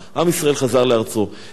ואם זה לא מוצא חן בעיני הוותיקן,